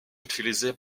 utilisé